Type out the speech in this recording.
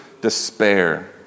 despair